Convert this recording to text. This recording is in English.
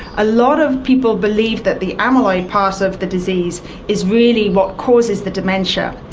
a lot of people believe that the amyloid part of the disease is really what causes the dementia,